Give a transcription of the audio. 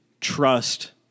trust